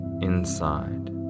inside